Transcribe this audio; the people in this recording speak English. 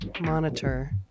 monitor